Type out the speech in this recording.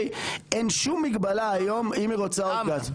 אין שום מגבלה היום, אם היא רוצה עוד גז.